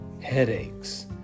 headaches